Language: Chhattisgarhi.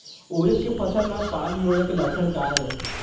उरीद के फसल म पान मुड़े के लक्षण का ये?